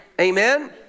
Amen